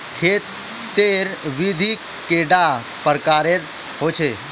खेत तेर विधि कैडा प्रकारेर होचे?